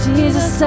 Jesus